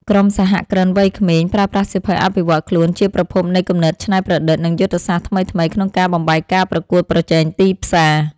ក្រុមសហគ្រិនវ័យក្មេង ប្រើប្រាស់សៀវភៅអភិវឌ្ឍខ្លួនជាប្រភពនៃគំនិតច្នៃប្រឌិត និងយុទ្ធសាស្ត្រថ្មីៗក្នុងការបំបែកការប្រកួតប្រជែងទីផ្សារ។